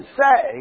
say